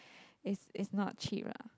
it's it's not cheap lah